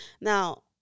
now